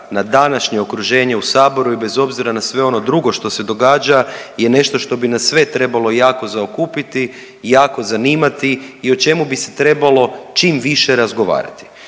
na današnje okruženje u Saboru i bez obzira na sve ono drugo što se događa je nešto što bi nas sve trebalo jako zaokupiti i jako zanimati i o čemu bi se trebalo čim više razgovarati